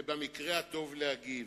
ובמקרה הטוב להגיב,